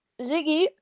Ziggy